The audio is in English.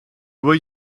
were